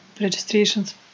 registrations